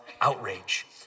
outrage